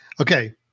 Okay